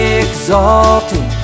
exalted